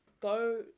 go